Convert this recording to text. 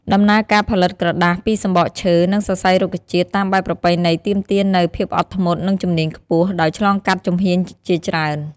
ដំណើរការផលិតក្រដាសពីសំបកឈើ និងសរសៃរុក្ខជាតិតាមបែបប្រពៃណីទាមទារនូវ ភាពអត់ធ្មត់ និងជំនាញខ្ពស់ ដោយឆ្លងកាត់ជំហានជាច្រើន។